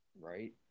Right